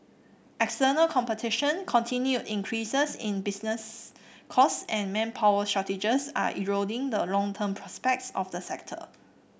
external competition continued increases in business costs and manpower shortages are eroding the longer term prospects of the sector